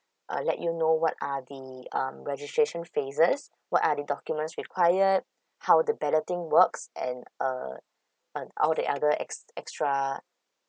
uh let you know what are the um registration phases what are the documents required how the balloting works and uh and all the other ext~ extra